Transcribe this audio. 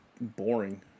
boring